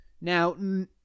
Now